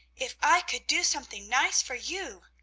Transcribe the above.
if i could do something nice for you!